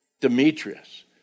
Demetrius